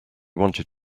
wanted